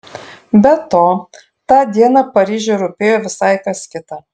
be to tą dieną paryžiui rūpėjo visai kas kita